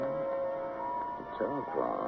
telephone